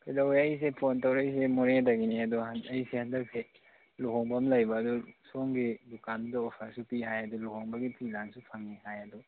ꯀꯩꯗꯧꯋꯦ ꯑꯩꯁꯦ ꯐꯣꯟ ꯇꯧꯔꯛꯏꯁꯦ ꯃꯣꯔꯦꯗꯒꯤꯅꯦ ꯑꯗꯣ ꯑꯩꯁꯦ ꯍꯟꯗꯛꯁꯦ ꯂꯨꯍꯣꯡꯕ ꯑꯃ ꯂꯩꯕ ꯑꯗꯨ ꯁꯣꯝꯒꯤ ꯗꯨꯀꯥꯟꯗꯨꯗ ꯑꯣꯐꯔꯁꯨ ꯄꯤ ꯍꯥꯏ ꯑꯗꯣ ꯂꯨꯍꯣꯡꯕꯒꯤ ꯐꯤ ꯂꯥꯡꯁꯨ ꯐꯪꯏ ꯍꯥꯏ ꯑꯗꯣ